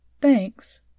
Thanks